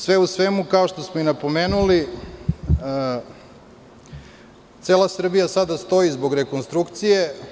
Sve u svemu, kao što smo i napomenuli, cela Srbija sada stoji zbog rekonstrukcije.